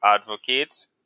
advocates